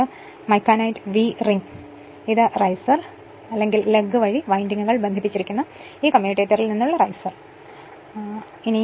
ഇതാണ് micanite V ring ഈ riser അല്ലെങ്കിൽ ലഗ് വഴി വൈൻഡിംഗുകൾ ബന്ധിപ്പിച്ചിരിക്കുന്ന ഈ കമ്മ്യൂട്ടേറ്ററിൽ നിന്നുള്ള റൈസർ ആണ് ഇത്